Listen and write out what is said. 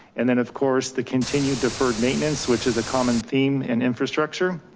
and then of course, the continued deferred maintenance, which is a common theme and infrastructure.